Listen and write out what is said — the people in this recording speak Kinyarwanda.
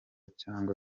cyangwa